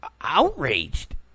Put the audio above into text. outraged